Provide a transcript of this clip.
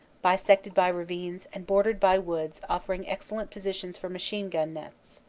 bisected by ravines and bordered by woods offering excellent positions for machine-gun nests.